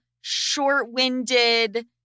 short-winded